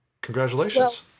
Congratulations